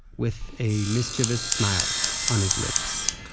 with a mischievous smile on his lips.